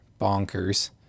bonkers